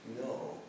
no